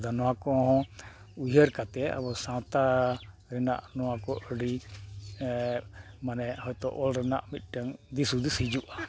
ᱟᱫᱚ ᱱᱚᱣᱟ ᱠᱚᱦᱚᱸ ᱩᱭᱦᱟᱹᱨ ᱠᱟᱛᱮᱫ ᱟᱵᱚ ᱥᱟᱶᱛᱟ ᱨᱮᱱᱟᱜ ᱱᱚᱣᱟ ᱠᱚ ᱟᱹᱰᱤ ᱢᱟᱱᱮ ᱦᱚᱭᱛᱳ ᱚᱞ ᱨᱮᱱᱟᱜ ᱢᱤᱫᱴᱮᱱ ᱫᱤᱥ ᱦᱩᱫᱤᱥ ᱦᱤᱡᱩᱜᱼᱟ